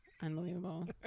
Unbelievable